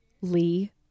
Lee